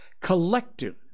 Collective